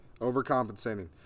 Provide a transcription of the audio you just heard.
Overcompensating